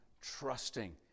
trusting